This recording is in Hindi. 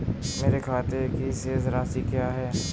मेरे खाते की शेष राशि क्या है?